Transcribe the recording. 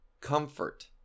comfort